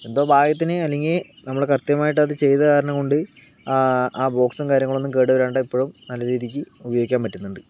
എന്തോ ഭാഗ്യത്തിന് അല്ലെങ്കിൽ നമ്മള് കൃത്യമായിട്ട് അത് ചെയ്തത കാരണം കൊണ്ട് ആ ബോക്സും കാര്യങ്ങളൊന്നും കേടു വരാണ്ട് നല്ല രീതിയ്ക്ക് ഉപയോഗിയ്ക്കാൻ പറ്റുന്നുണ്ട്